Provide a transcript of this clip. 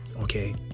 okay